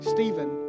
Stephen